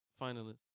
finalist